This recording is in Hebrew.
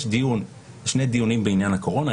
יש שני דיונים בעניין הקורונה,